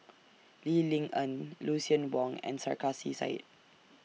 Lee Ling Yen Lucien Wang and Sarkasi Said